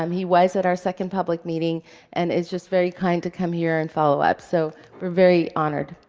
um he was at our second public meeting and is just very kind to come here and follow up, so we're very honored.